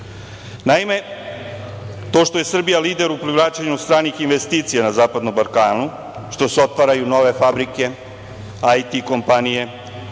jedine. Naime, to što je Srbija lider u privlačenju stranih investicija na Zapadnom Balkanu, što se otvaraju nove fabrike, IT kompanije,